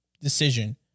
decision